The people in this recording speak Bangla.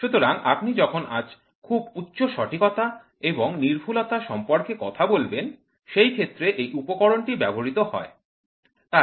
সুতরাং আপনি যখন আজ খুব উচ্চ সঠিকতা এবং নির্ভুলতা সম্পর্কে কথা বলবেন সেই ক্ষেত্রে এই উপকরণটি ব্যবহৃত হয়